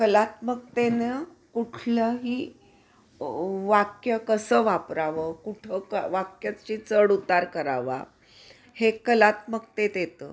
कलात्मकतेनं कुठलंही वाक्य कसं वापरावं कुठं क् वाक्याची चढ उतार करावा हे कलात्मकतेत येतं